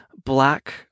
Black